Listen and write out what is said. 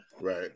right